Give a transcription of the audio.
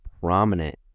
prominent